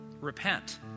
Repent